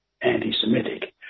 anti-Semitic